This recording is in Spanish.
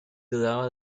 dudaba